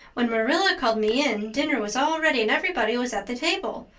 when marilla called me in dinner was all ready and everybody was at the table.